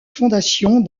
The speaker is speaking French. fondations